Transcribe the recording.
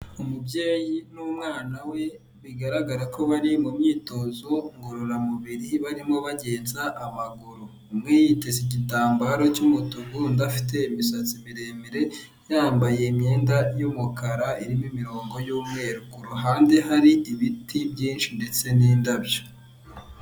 Umubyeyi n'umwana we bigaragara ko bari mu myitozo ngororamubiri barimo bagenza amaguru, umwe yiteze igitambaro cy'umutuku, undi afite imisatsi miremire yambaye imyenda y'umukara irimo imirongo y'umweru, ku ruhande hari ibiti byinshi ndetse n'indabyo.